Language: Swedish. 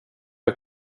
jag